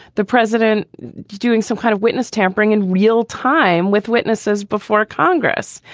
the president doing some kind of witness tampering in real time with witnesses before congress,